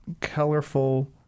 colorful